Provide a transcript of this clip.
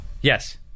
Yes